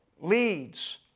leads